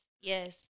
yes